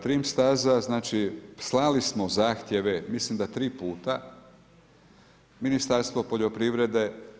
Trim staza znači slali smo zahtjeve, mislim da tri puta Ministarstvo poljoprivrede.